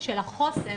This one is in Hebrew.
של החוסן.